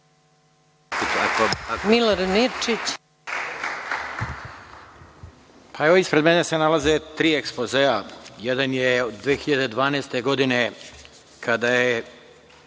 **Milorad Mirčić** Evo, ispred mene se nalaze tri ekspozea. Jedan je od 2012. godine, kada je